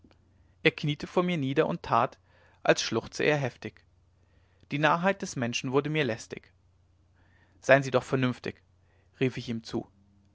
er kniete vor mir nieder und tat als schluchze er heftig die narrheit des menschen wurde mir lästig sein sie doch vernünftig rief ich ihm zu